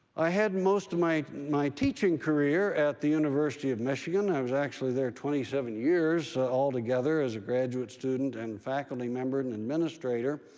i had most of my my teaching career at the university of michigan. i was actually there twenty seven years all altogether as a graduate student and faculty member and administrator.